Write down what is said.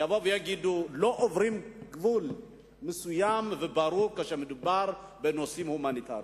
יגידו: לא עוברים גבול מסוים וברור כשמדובר בנושאים הומניטריים.